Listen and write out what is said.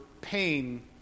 pain